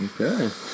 Okay